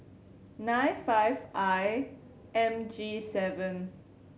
nine five I M G seven